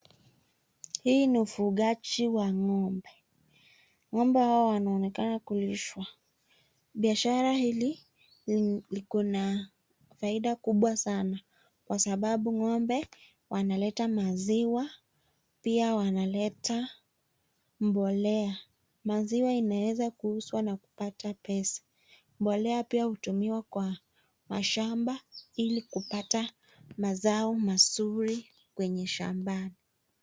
Hii ni ufugaji wa ng'ombe. Ng'ombe hawa wanaonekana kulishwa. Biashara hili liko na faida kubwa sana kwa sababu ng'ombe wanaleta maziwa pia wanaleta mbolea. Maziwa inaeza kuuzwa na kupata pesa. Mbolea pia hutumiwa kwa mashamba ili kupata mazao mazuri kwenye shambani.